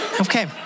Okay